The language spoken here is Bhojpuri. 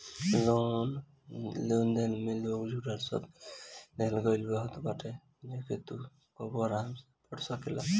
लोन आवेदन में लोन से जुड़ल सब जानकरी के देहल गईल रहत हवे जेके तू कबो आराम से पढ़ सकेला